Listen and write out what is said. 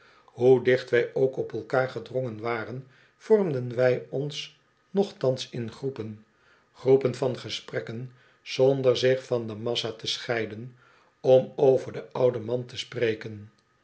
hoe dicht wij ook op elkaar gedrongen waren vormden wij ons nochtans in groepen groepen van gesprekken zonder zich van do massa to scheiden om over den ouden man te spreken